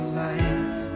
life